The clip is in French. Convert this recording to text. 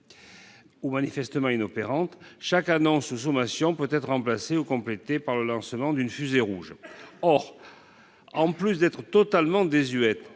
ou manifestement inopérante, chaque annonce ou sommation peut-être remplacée ou complétée par le lancement d'une fusée rouge. Or, en plus d'être totalement désuètes,